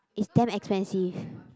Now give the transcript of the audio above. it's damn expensive